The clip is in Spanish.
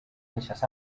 bellas